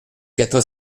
quatre